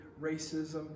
racism